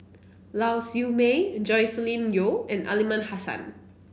Lau Siew Mei Joscelin Yeo and Aliman Hassan